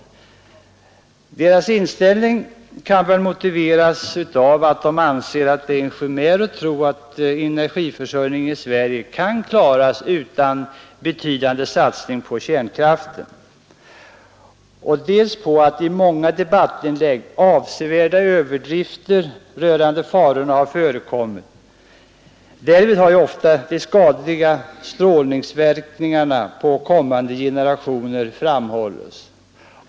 Denna deras inställning kan motiveras dels av att de anser att det måste vara en chimär att tro att energiförsörjningen i Sverige kan klaras utan en betydande satsning på kärnkraften, dels av att i många debattinlägg avsevärda överdrifter rörande farorna har förekommit. Därvid har ju ofta de skadliga strålverkningarna på kommande generationer framhållits.